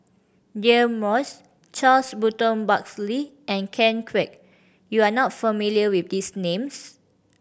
Deirdre Moss Charles Burton Buckley and Ken Kwek you are not familiar with these names